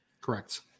Correct